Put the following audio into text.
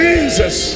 Jesus